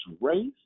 race